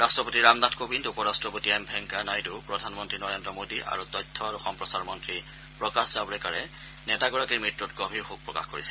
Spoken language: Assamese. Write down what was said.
ৰাষ্ট্ৰপতি ৰামনাথ কোবিন্দ উপ ৰাষ্ট্ৰপতি এম ভেংকায়া নাইডু প্ৰধানমন্ত্ৰী নৰেন্দ্ৰ মোদী আৰু তথ্য আৰু সম্প্ৰচাৰ মন্ত্ৰী প্ৰকাশ জাৱড়েকাৰে নেতাগৰাকীৰ মৃত্যুত গভীৰ শোক প্ৰকাশ কৰিছে